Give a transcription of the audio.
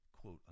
quote